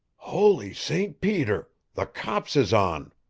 holy st. peter! the cops is on!